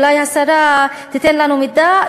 ואולי השרה תיתן לנו מידע,